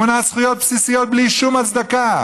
היא מונעת זכויות בסיסיות בלי שום הצדקה.